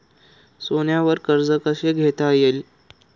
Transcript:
सोन्यावर कर्ज कसे घेता येईल?